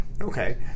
okay